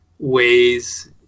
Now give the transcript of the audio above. ways